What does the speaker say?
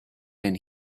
and